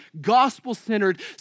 gospel-centered